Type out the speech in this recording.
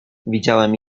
widziałem